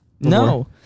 No